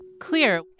clear